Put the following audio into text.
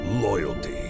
loyalty